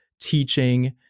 teaching